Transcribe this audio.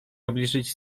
obliczyć